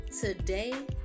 Today